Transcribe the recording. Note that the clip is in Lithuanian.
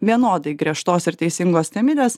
vienodai griežtos ir teisingos temidės